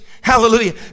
Hallelujah